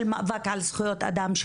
של מאבק על זכויות האדם,